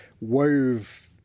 wove